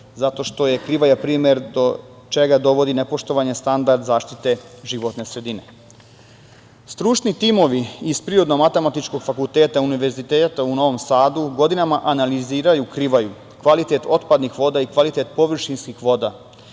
zato što je Krivaja primer do čega vodi nepoštovanje standarda zaštite životne sredine. Stručni timovi sa Prirodno matematičkog fakulteta Univerziteta u Novom Sadu godinama analiziraju Krivaju, kvalitet otpadnih voda i kvaliteta površinskih voda